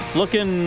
looking